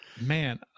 Man